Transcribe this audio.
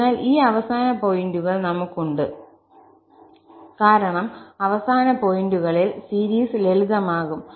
അതിനാൽ ഈ അവസാന പോയിന്റുകൾ നമുക് ഉണ്ട് കാരണം അവസാന പോയിന്റുകളിൽ സീരീസ് ലളിതമാക്കും